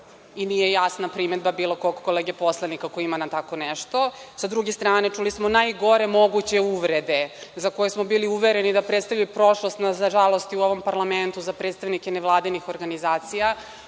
i nije jasna primedba bilo kog kolege poslanika koji ima tako nešto. Sa druge strane, čuli smo najgore moguće uvrede za koje smo bili uvereni da predstavljaju prošlost, nažalost i u ovom parlamentu za predstavnike nevladinih organizacija,